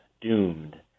doomed